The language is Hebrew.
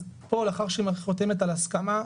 אז פה לאחר שהיא חותמת על הסכמה,